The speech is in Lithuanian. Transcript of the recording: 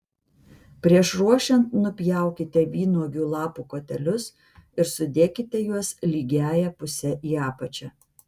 prieš ruošiant nupjaukite vynuogių lapų kotelius ir sudėkite juos lygiąja puse į apačią